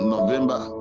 November